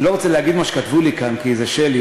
אני לא רוצה לומר מה שכתבו לי כאן כי זה שלי,